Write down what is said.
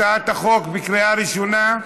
הצעת החוק בקריאה ראשונה.